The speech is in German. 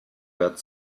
wärt